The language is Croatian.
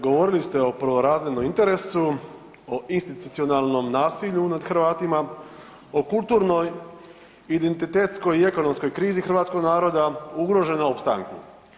Govorili ste o prvorazrednom interesu, o institucionalnom nasilju nad Hrvatima, o kulturnoj identitetskoj i ekonomskoj krizi hrvatskog naroda, o ugroženom opstanku.